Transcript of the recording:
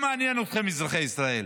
לא מעניינים אתכם אזרחי ישראל,